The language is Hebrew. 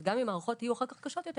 גם אם ההערכות יהיו אחר כך קשות יותר,